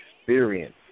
experience